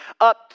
up